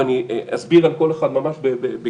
ואני אסביר על כל אחד ממש בקצרה,